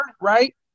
right